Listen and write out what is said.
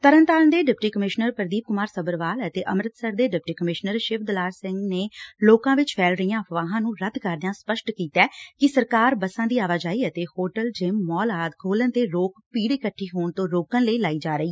ਤਰਨਤਾਰਨ ਦੇ deputy commissioner Pradeep Kumar Sabharwal ਅਤੇ ਅੰਮ੍ਰਿਤਸਰ ਦੇ ਡਿਪਟੀ ਕਮਿਸ਼ਨਰ ਸ਼ਿਵ ਦੁਲਾਰ ਸਿੰਘ ਨੇ ਲੋਕਾਂ ਵਿਚ ਫੈਲ ਰਹੀਆਂ ਅਫ਼ਵਾਹਾਂ ਨੂੰ ਰੱਦ ਕਰਦਿਆਂ ਸਪੱਸਟ ਕੀਤੈ ਕਿ ਸਰਕਾਰ ਬੱਸਾਂ ਦੀ ਆਵਾਜਾਈ ਅਤੇ ਹੋਟਲ ਜਿਮ ਮਾਲ ਆਦਿ ਖੋਲੁਣ ਤੇ ਰੋਕ ਭੀੜ ਇਕੱਠੀ ਹੋਣ ਤੋਂ ਰੋਕਣ ਲਈ ਲਾਈ ਜਾ ਰਹੀ